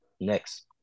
next